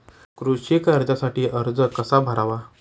कृषी कर्जासाठी अर्ज कसा करावा?